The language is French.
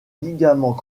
ligaments